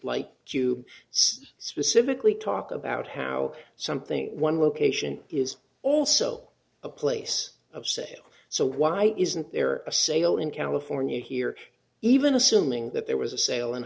like you specifically talk about how something one location is also a place of say so why isn't there a sale in california here even assuming that there was a sale